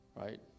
Right